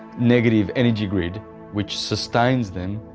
negative energy grid which sustains them,